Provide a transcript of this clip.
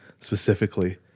specifically